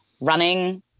running